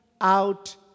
out